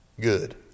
good